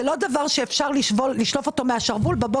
זה לא דבר שאפשר לשלוף אותו מהשרוול ביום